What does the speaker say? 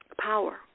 power